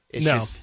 No